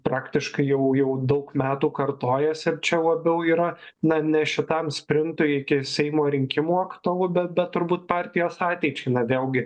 praktiškai jau jau daug metų kartojasi ir čia labiau yra na ne šitam sprintui iki seimo rinkimų aktualu bet bet turbūt partijos ateičiai na vėlgi